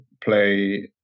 play